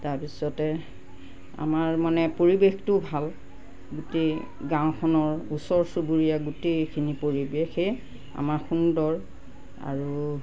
তাৰপিছতে আমাৰ মানে পৰিৱেশটো ভাল গোটেই গাঁওখনৰ ওচৰ চুবুৰীয়া গোটেইখিনি পৰিৱেশে আমাৰ সুন্দৰ আৰু